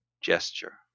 gesture